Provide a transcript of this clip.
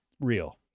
real